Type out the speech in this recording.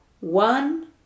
One